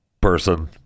person